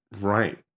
right